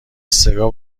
سگا